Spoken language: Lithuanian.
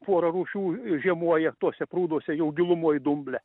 pora rūšių žiemoja tuose prūduose jau gilumoj dumble